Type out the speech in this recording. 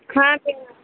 हा भेण